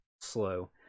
slow